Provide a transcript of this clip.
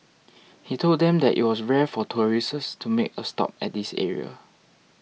he told them that it was rare for tourists to make a stop at this area